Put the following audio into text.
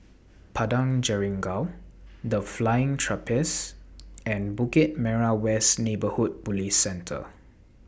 Padang Jeringau The Flying Trapeze and Bukit Merah West Neighbourhood Police Centre